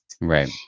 right